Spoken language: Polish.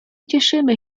cieszymy